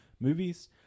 movies